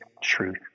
truth